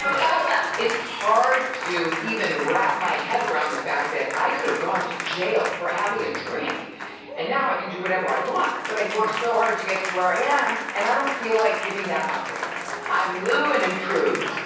god bless. it's hard to even wrap my head around the fact that i could have gone to jail for having a drink and now i can do whatever i want, but i'd worked so hard to get to where i am and i don't feel like giving that up right now. i'm lua and improved.